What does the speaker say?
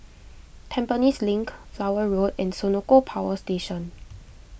Tampines Link Flower Road and Senoko Power Station